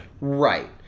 Right